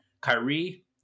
Kyrie